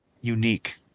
unique